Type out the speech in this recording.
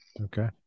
Okay